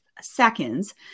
seconds